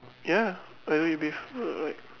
ya a little beef err